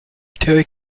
terry